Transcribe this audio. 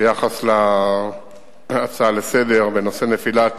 על ההצעה לסדר-היום בנושא נפילת